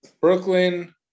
Brooklyn